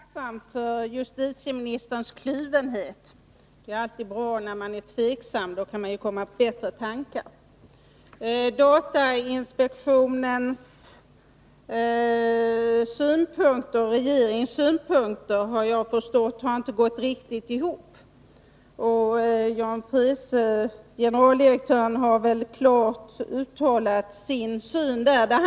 Herr talman! Jag är tacksam för justitieministerns kluvenhet. Det är alltid bra att vara tveksam, för då kan man komma på bättre tankar. Jag har förstått att datainspektionens och regeringens synpunkter inte har gått riktigt ihop. Generaldirektör Jan Freese har klart uttalat sin syn på samkörningar.